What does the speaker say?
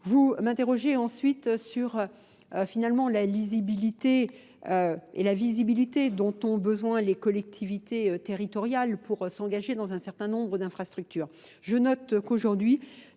Vous m'interrogez ensuite sur finalement la lisibilité et la visibilité dont ont besoin les collectivités territoriales pour s'engager dans un certain nombre d'infrastructures. Je note qu'aujourd'hui